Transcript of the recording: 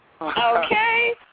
Okay